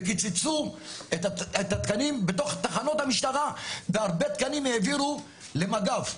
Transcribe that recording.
וקיצצו את התקנים בתוך תחנות המשטרה והרבה תקנים העבירו למג"ב.